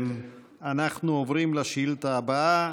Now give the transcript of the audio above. אנחנו עוברים לשאילתה הבאה.